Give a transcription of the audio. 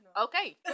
Okay